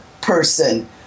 person